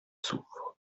s’ouvre